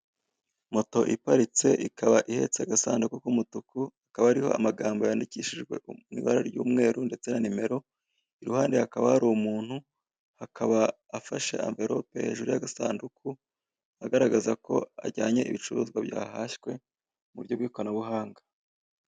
Moto iparitse akaba ihetse agasanduku k'umutuku hakaba hariho amagambo yandikishijwe ibara ry'umweru ndetse na nimero iruhande hakaba hari umuntu akaba afashe amverope hejuru y'agasanduku agaragaza ko ajyanye ibicuruzwa byahashywe mu buryo bw'ikoranabuhanga.